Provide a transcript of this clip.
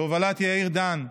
בהובלת יאיר דן,